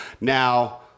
Now